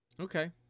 Okay